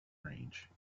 range